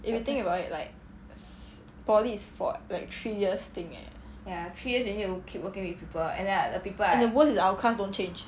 if you think about it like s~ poly is for like three years thing eh and the worst is our class don't change